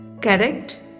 Correct